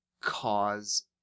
cause